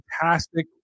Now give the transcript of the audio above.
fantastic